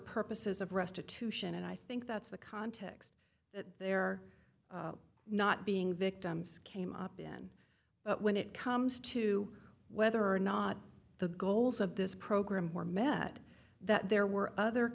purposes of restitution and i think that's the context that they're not being victims came up in but when it comes to whether or not the goals of this program were met that there were other